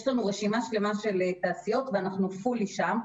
יש לנו רשימה שלמה של תעשיות ואנחנו לגמרי שם,